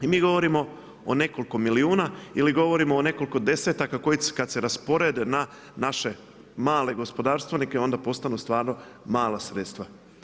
I mi govorimo o nekoliko milijuna, ili govorimo o nekoliko 10-taka koji kad se rasporede na naše male gospodarstvenike, onda postanu stvarno mala sredstva.